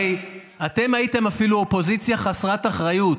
הרי אתם הייתם אפילו אופוזיציה חסרת אחריות.